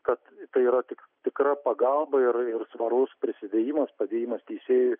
kad tai yra tik tikra pagalba ir ir svaraus prisidėjimas padėjimas teisėjui